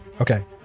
Okay